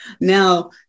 Now